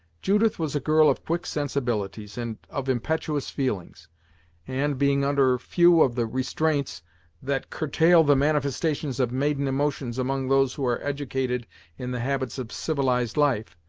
judith was a girl of quick sensibilities and of impetuous feelings and, being under few of the restraints that curtail the manifestations of maiden emotions among those who are educated in the habits of civilized life,